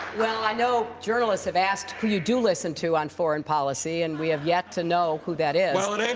well, i know journalists have asked who you do listen to on foreign policy, and we have yet to know who that is.